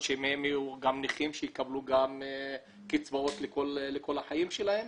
שמהם יהיו נכים שיקבלו גם קצבאות לכל החיים שלהם.